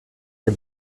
est